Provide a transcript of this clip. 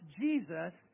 Jesus